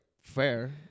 fair